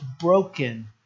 broken